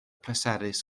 pleserus